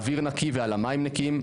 שומרים על האוויר נקי ועל המים נקיים,